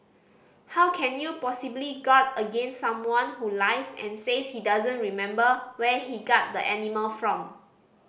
how can you possibly guard against someone who lies and says he doesn't remember where he got the animal from